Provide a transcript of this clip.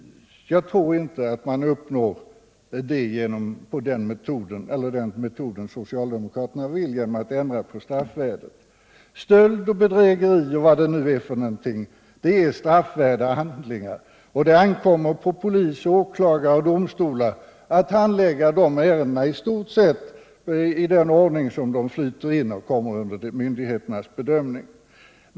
Nr 118 Jag tror inte att man uppnår det socialdemokraterna vill genom att ändra på Torsdagen den straffvärdet. Stöld, bedrägeri och vad det nu är för någonting är straffvärda 13 april 1978 handlingar, och det ankommer på polis, åklagare och domstolar att handlägga de ärendena i stort sett i den ordning som de flyter in och kommer under myndigheternas bedömning.